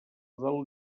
del